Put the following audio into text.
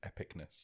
epicness